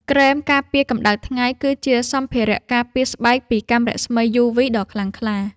ក្រែមការពារកម្ដៅថ្ងៃ គឺជាសម្ភារៈការពារស្បែកពីកាំរស្មីយូវីដ៏ខ្លាំងក្លា។